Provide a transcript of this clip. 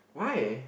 why